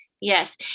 Yes